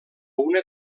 una